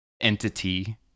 entity